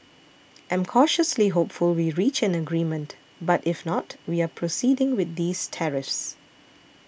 I'm cautiously hopeful we reach an agreement but if not we are proceeding with these tariffs